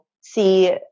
see